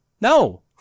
No